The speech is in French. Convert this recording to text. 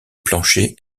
plancher